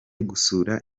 gusura